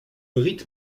rite